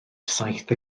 saith